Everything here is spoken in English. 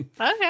okay